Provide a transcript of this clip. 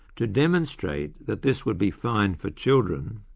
to demonstrate that this would be fine for children,